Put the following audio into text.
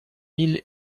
mille